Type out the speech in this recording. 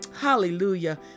Hallelujah